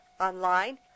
online